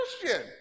Christian